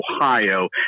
Ohio